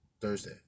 Thursday